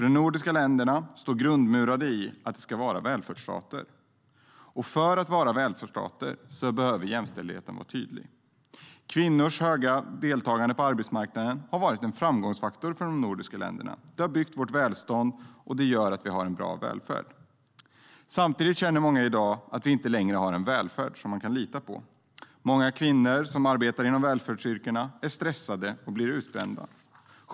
De nordiska länderna står grundmurade i att de ska vara välfärdsstater. Och för att de ska vara välfärdsstater behöver jämställdheten vara tydlig. Kvinnors höga deltagande på arbetsmarknaden har varit en framgångsfaktor för de nordiska länderna. Det har byggt vårt välstånd och gjort att vi har en bra välfärd. Samtidigt känner många i dag att vi inte längre har en välfärd som man kan lita på. Många kvinnor som arbetar inom välfärdsyrkena är stressade och blir utbrända.